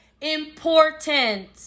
important